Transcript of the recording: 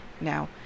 Now